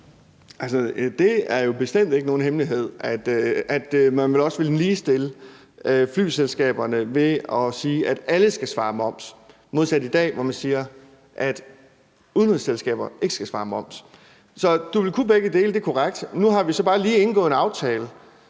det er jo bestemt ikke nogen hemmelighed, at man også vil ligestille flyselskaberne ved at sige, at alle skal svare moms, modsat i dag, hvor man siger, at udenrigsselskaber ikke skal svare moms. Så du vil kunne begge dele; det er korrekt. Nu har vi så bare lige indgået en aftale